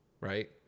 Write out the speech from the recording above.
right